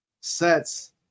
sets